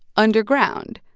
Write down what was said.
underground?